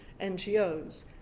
NGOs